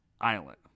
Island